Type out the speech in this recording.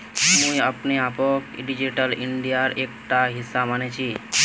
मुई अपने आपक डिजिटल इंडियार एकटा हिस्सा माने छि